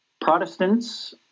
Protestants